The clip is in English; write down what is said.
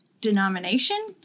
denomination